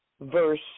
verse